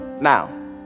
Now